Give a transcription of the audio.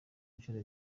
inshuro